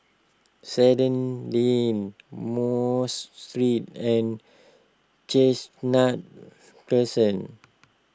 Sandy Lane Mos Street and Chestnut Crescent